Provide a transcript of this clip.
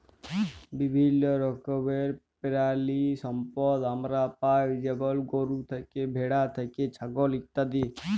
বিভিল্য রকমের পেরালিসম্পদ আমরা পাই যেমল গরু থ্যাকে, ভেড়া থ্যাকে, ছাগল ইত্যাদি